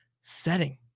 setting